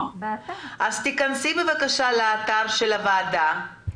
תיכנסי בבקשה לאתר של הוועדה.